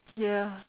ya